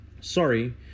sorry